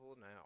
now